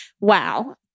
Wow